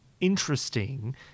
interesting